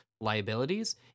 liabilities